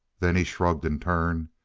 then he shrugged in turn.